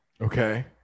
Okay